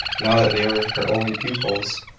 now that they were her only pupils,